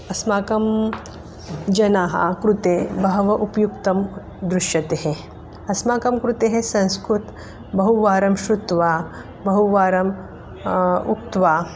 अस्माकं जनानाम कृते बहु उपयुक्तं दृश्यते अस्माकं कृते संस्कृतं बहुवारं श्रुत्वा बहुवारम् उक्त्वा